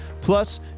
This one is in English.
Plus